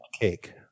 cake